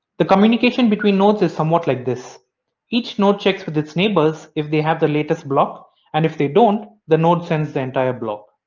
the communication between nodes is somewhat like this each node checks with its neighbors if they have the latest block and if they don't the node sends the entire block.